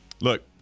Look